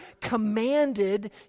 commanded